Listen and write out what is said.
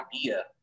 idea